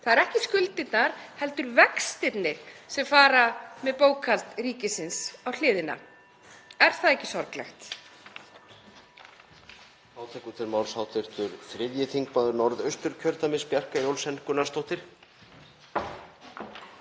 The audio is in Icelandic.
Það eru ekki skuldirnar heldur vextirnir sem fara með bókhald ríkisins á hliðina. Er það ekki sorglegt?